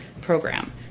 program